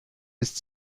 ist